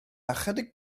ychydig